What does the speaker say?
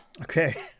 Okay